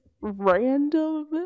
random